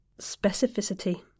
specificity